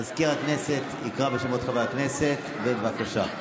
מזכיר הכנסת יקרא בשמות חברי הכנסת, בבקשה.